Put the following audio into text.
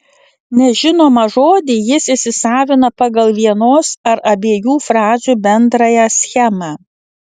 nežinomą žodį jis įsisavina pagal vienos ar abiejų frazių bendrąją schemą